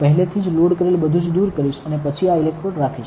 પહેલેથી લોડ કરેલુ બધું હું દૂર કરીશ અને પછી આ ઇલેક્ટ્રોડ રાખીશ